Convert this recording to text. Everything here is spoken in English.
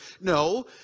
No